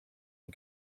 and